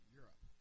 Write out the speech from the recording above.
Europe